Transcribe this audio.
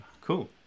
cool